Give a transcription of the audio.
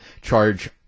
charge